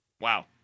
Wow